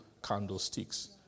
candlesticks